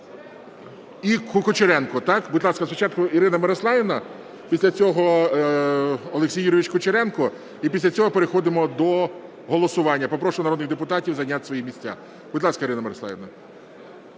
І Кучеренко, так? Будь ласка, спочатку Ірина Мирославівна, після цього Олексій Юрійович Кучеренко, і після цього переходимо до голосування. Попрошу народних депутатів зайняти свої місця. Будь ласка, Ірина Мирославівна.